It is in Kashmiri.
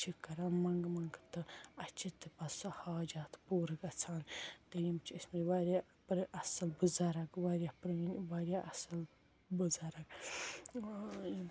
چھِکھ کَران مَنٛگ منٛگ تہٕ اسہِ چھِ تہٕ پتہٕ سُہ حاجات پوٗرٕ گَژھان تہٕ یِم چھِ ٲسمٕتۍ واریاہ اَصٕل بٕزَرٕگ واریاہ پرٛٲنۍ واریاہ اَصٕل بٕزَرٕگ